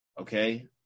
Okay